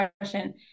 question